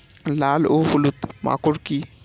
লাল ও হলুদ মাকর কী?